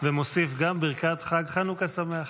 ומוסיף גם ברכת חנוכה שמח.